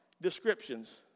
descriptions